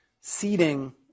seeding